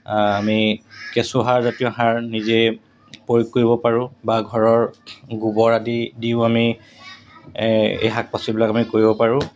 আমি কেঁচুসাৰ জাতীয় সাৰ নিজেই প্ৰয়োগ কৰিব পাৰোঁ বা ঘৰৰ গোবৰ আদি দিও আমি এই শাক পাচলিবিলাক আমি কৰিব পাৰোঁ